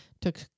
Took